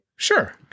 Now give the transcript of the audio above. Sure